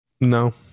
No